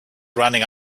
running